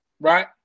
right